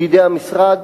בידי המשרד.